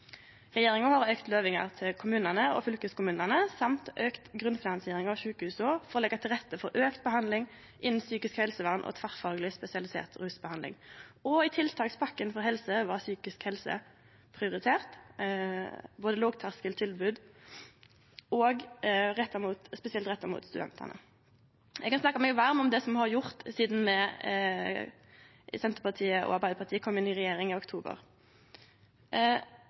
Regjeringa har òg auka løyvinga til kommunane og fylkeskommunane og auka grunnfinansieringa av sjukehusa for å leggje til rette for auka behandling innan psykisk helsevern og tverrfagleg spesialisert rusbehandling. I tiltakspakken for helse var psykisk helse prioritert, både lågterskeltilbod og tilbod spesielt retta mot studentane. Eg kan snakke meg varm om det me har gjort sidan Senterpartiet og Arbeidarpartiet kom inn i regjering i oktober.